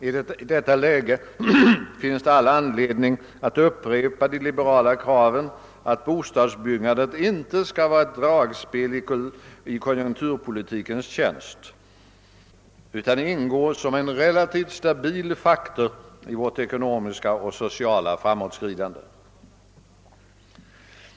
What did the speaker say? I detta läge finns det all anledning att upprepa de liberala kraven att bostadsbyggandet inte skall vara ett dragspel i konjunkturpolitikens tjänst utan ingå som en relativt stabil faktor i vårt ekonomiska och sociala framåtskridande.